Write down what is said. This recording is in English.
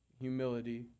humility